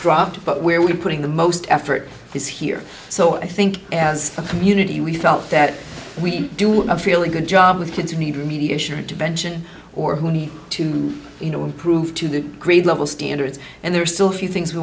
dropped but where we're putting the most effort is here so i think as a community we felt that we do a fairly good job with kids who need remediation or intervention or who need to you know improve to the grade level standards and there are still a few things we